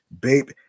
babe